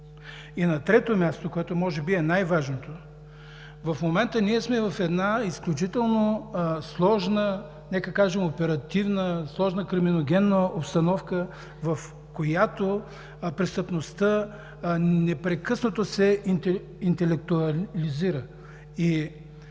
На трето място, което може би е най-важното, в момента ние сме в една изключително сложна, нека кажем, оперативна, сложна криминогенна обстановка, в която престъпността непрекъснато се интелектуализира